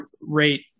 rate